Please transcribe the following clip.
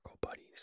buddies